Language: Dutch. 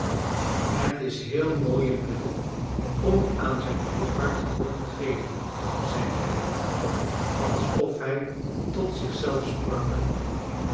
het is heel mooi en wel om aan zijn goed hart gehoor te geven zeide hij alsof hij tot zich zelf sprak